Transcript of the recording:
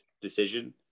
decision